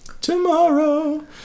Tomorrow